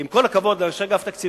כי עם כל הכבוד לאנשי אגף התקציבים,